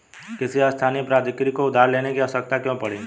किसी स्थानीय प्राधिकारी को उधार लेने की आवश्यकता क्यों पड़ गई?